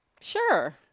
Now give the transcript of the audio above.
Sure